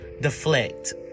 deflect